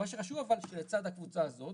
מה שחשוב אבל שלצד הקבוצה הזאת